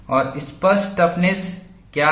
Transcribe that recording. और स्पष्ट टफनेस क्या है